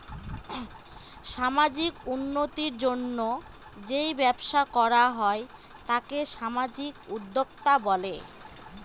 সামাজিক উন্নতির জন্য যেই ব্যবসা করা হয় তাকে সামাজিক উদ্যোক্তা বলে